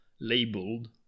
labeled